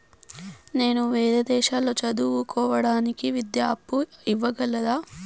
నేను వేరే దేశాల్లో చదువు కోవడానికి విద్యా అప్పు ఇవ్వగలరా?